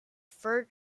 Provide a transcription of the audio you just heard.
fur